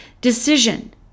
decision